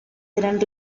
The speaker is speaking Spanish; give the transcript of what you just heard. gran